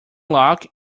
lock